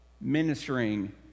ministering